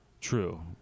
true